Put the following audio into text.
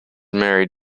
married